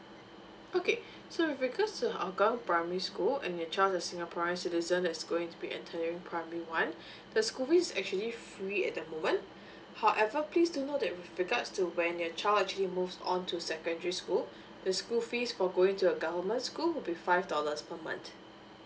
okay so with regards to hougang primary school and your child is a singaporean citizen that is going to be entering primary one the school fee is actually free at the moment however please do note that with regards to when your child actually moves on to secondary school the school fees for going to a government school will be five dollars per month